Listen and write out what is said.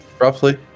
Roughly